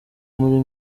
muri